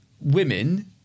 women